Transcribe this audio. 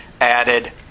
added